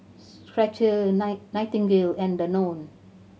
Skecher Night Nightingale and Danone